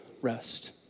rest